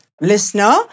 Listener